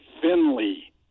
Finley